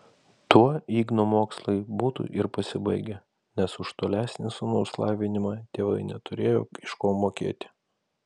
tuo igno mokslai būtų ir pasibaigę nes už tolesnį sūnaus lavinimą tėvai neturėjo iš ko mokėti